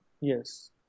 yes